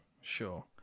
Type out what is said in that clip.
sure